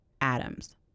Atoms